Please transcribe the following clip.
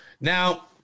Now